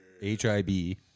H-I-B